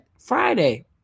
Friday